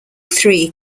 three